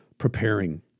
preparing